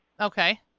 okay